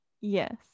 Yes